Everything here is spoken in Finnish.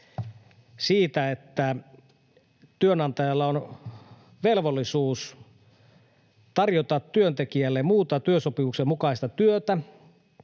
siitä, että työnantajalla on velvollisuus tarjota työntekijälle muuta työsopimuksen mukaista työtä,